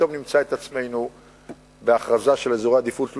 פתאום נמצא את עצמנו בהכרזה של אזורי עדיפות לאומית,